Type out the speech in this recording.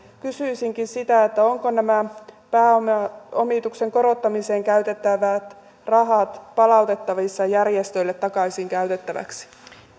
kysyisinkin sitä ovatko nämä pääomituksen korottamiseen käytettävät rahat palautettavissa järjestöille takaisin käytettäviksi